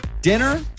dinner